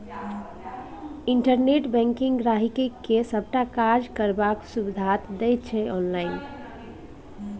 internet banking गांहिकी के सबटा काज करबाक सुविधा दैत छै आनलाइन